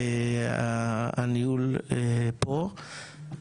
הניהול פה.